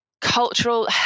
Cultural